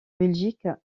belgique